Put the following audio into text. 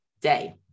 day